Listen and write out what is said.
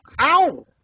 Ow